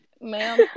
ma'am